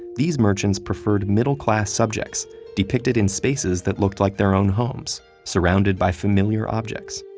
these merchants preferred middle class subjects depicted in spaces that looked like their own homes surrounded by familiar objects.